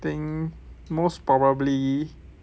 think most probably